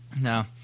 no